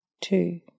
two